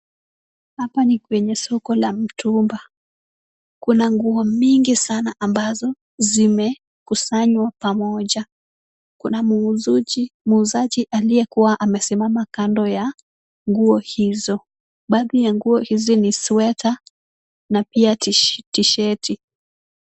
Hapa ni kwenye soko la mtumba, kuna nguo mingi sana ambazo zimekusanywa pamoja, kuna muuzaji aliyekuwa amesimama kando ya nguo hizo, baadhi ya nguo hizi ni sweta na pia tishati.